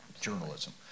journalism